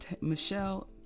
Michelle